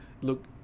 look